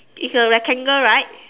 it's a rectangle right